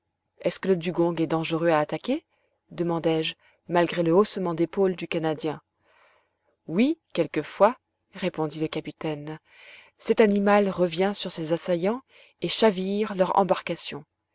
est-ce que ce dugong est dangereux à attaquer demandai-je malgré le haussement d'épaule du canadien oui quelquefois répondit le capitaine cet animal revient sur ses assaillants et chavire leur embarcation